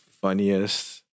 funniest